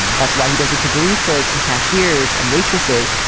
that's why he does it to barista's and cashiers and waitresses,